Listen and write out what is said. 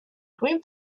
green